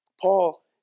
Paul